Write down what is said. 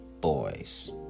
boys